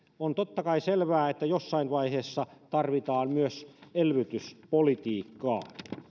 on totta kai selvää että jossain vaiheessa tarvitaan myös elvytyspolitiikkaa